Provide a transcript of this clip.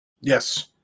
Yes